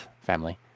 family